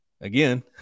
again